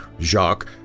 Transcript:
Jacques